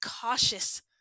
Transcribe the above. cautious